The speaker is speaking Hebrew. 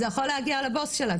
זה יכול להגיע לבוס שלה,